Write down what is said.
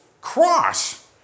cross